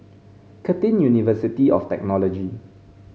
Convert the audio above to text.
Curtin University of Technology